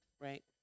Right